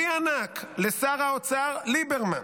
וי ענק לשר האוצר ליברמן.